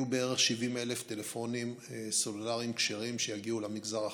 יהיו בערך 70,000 טלפונים סלולריים כשרים שיגיעו למגזר החרדי,